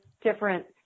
different